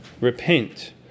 Repent